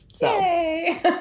Yay